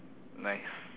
nice